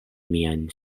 miajn